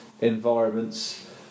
environments